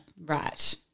Right